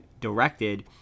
directed